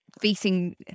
facing